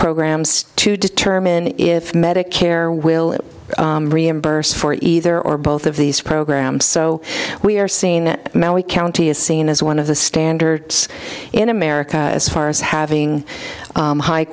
programs to determine if medicare will reimburse for either or both of these programs so we are seeing that many county is seen as one of the standards in america as far as having high